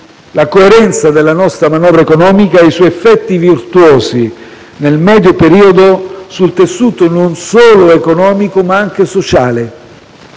la coerenza della nostra manovra economica e i suoi effetti virtuosi nel medio periodo sul tessuto non solo economico, ma anche sociale.